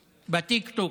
בטיקטוק,